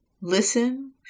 listen